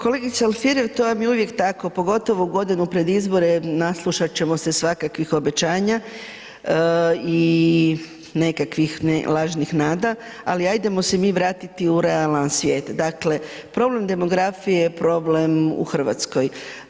Kolegice Alfirev, to vam je uvijek tako, pogotovo u godinu pred izbore jer naslušat ćemo se svakakvih obećanja i nekakvih ne lažnih nada ali ajdemo se mi vratiti u realan svijet, dakle problem demografije je problem u Hrvatskoj.